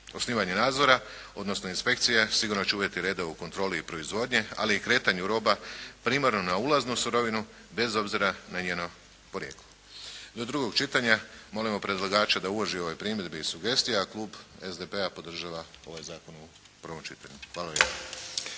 Osnivanje nadzora odnosno inspekcije sigurno će uvesti reda u kontroli i proizvodnji, ali i kretanju roba primarno na ulaznu sirovinu bez obzira na njeno porijeklo. Do drugog čitanja molimo predlagača da uvaži ove primjedbe i sugestije a Klub SDP-a podržava ovaj zakon u prvom čitanju. Hvala